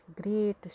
great